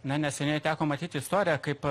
na neseniai teko matyti istoriją kaip